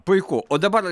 puiku o dabar